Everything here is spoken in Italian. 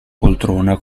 poltrona